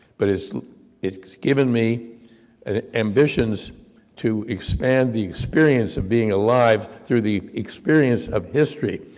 but it's it's given me and ambitions to expand the experience of being alive, through the experience of history,